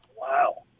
Wow